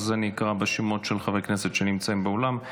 אז אני אקרא בשמות חברי הכנסת שנמצאים באולם.